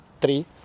three